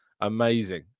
Amazing